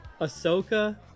Ahsoka